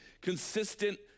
consistent